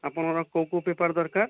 ଆପଣଙ୍କର କେଉଁ କେଉଁ ପେପର୍ ଦରକାର